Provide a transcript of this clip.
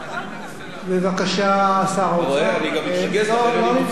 אתה רואה, אני גם מתרגז, לכן אני מפסיק.